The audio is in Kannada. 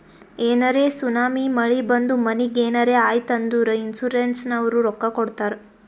ಏನರೇ ಸುನಾಮಿ, ಮಳಿ ಬಂದು ಮನಿಗ್ ಏನರೇ ಆಯ್ತ್ ಅಂದುರ್ ಇನ್ಸೂರೆನ್ಸನವ್ರು ರೊಕ್ಕಾ ಕೊಡ್ತಾರ್